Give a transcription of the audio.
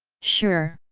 sure!